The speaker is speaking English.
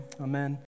amen